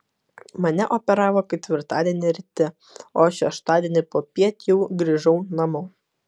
mane operavo ketvirtadienį ryte o šeštadienį popiet jau grįžau namo